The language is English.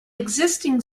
existing